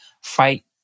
fight